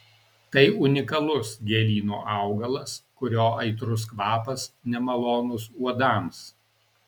tai unikalus gėlyno augalas kurio aitrus kvapas nemalonus uodams